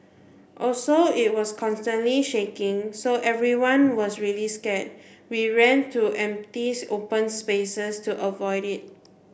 also it was constantly shaking so everyone was really scared we ran to empties open spaces to avoid it